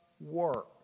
work